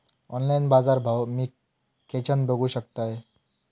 Online बाजारभाव मी खेच्यान बघू शकतय?